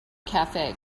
cafe